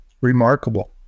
remarkable